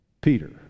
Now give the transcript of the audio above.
Peter